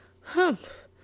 Humph